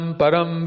param